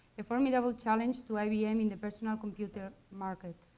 a formidable challenge to ibm in the personal computer market.